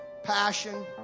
passion